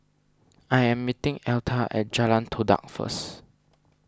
I am meeting Elta at Jalan Todak first